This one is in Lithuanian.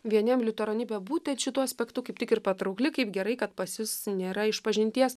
vieniem liuteronybė būtent šituo aspektu kaip tik ir patraukli kaip gerai kad pas jus nėra išpažinties